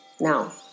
Now